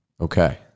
Okay